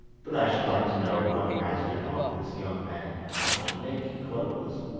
but i should like to know what master taught this young man how to make clothes